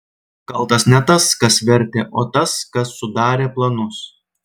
kaltas ne tas kas vertė o tas kas sudarė planus